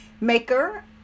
maker